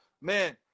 Man